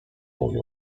mówi